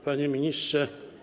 Panie Ministrze!